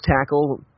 tackle